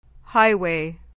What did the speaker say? Highway